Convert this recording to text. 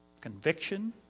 Conviction